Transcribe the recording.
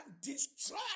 destroy